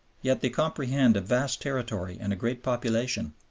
yet they comprehend a vast territory and a great population,